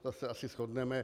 To se asi shodneme.